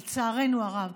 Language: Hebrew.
לצערנו הרב,